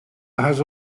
has